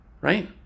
Right